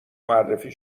معرفی